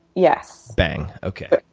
yes. bang, okay.